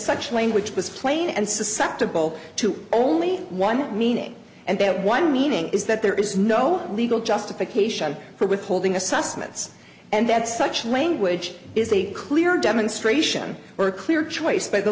such language was plain and susceptible to only one meaning and that one meaning is that there is no legal justification for withholding assessments and that such language is a clear demonstration or a clear choice by the